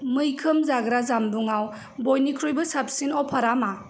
मैखोम जाग्रा जानबुंआव बयनिख्रुइबो साबसिन अफारा मा